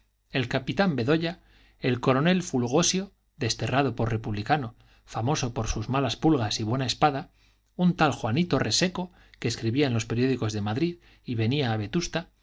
el capitán bedoya el coronel fulgosio desterrado por republicano famoso por sus malas pulgas y buena espada un tal juanito reseco que escribía en los periódicos de madrid y venía a